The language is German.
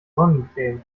sonnencreme